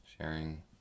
sharing